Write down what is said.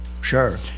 Sure